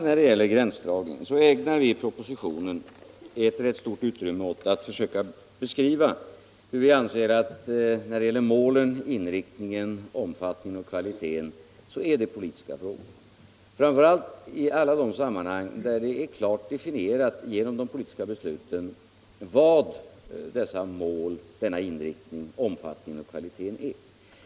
När det gäller gränsdragningen ägnar vi i propositionen rätt stort utrymme åt att försöka beskriva hur vi anser att frågor som gäller målen, inriktningen, omfattningen och kvaliteten är politiska frågor, framför allt i alla de sammanhang där det är klart definierat genom de politiska besluten vad dessa mål och denna inriktning, omfattning och kvalitet är.